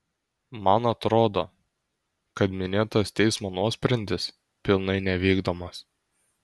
man atrodo kad minėtas teismo nuosprendis pilnai nevykdomas